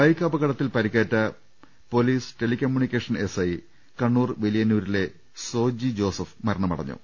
ബൈക്കപകടത്തിൽ പരിക്കേറ്റു police telecommunication S I Kannur വലിയന്നൂരിലെ സോജി ജോസഫ് മരണമടഞ്ഞു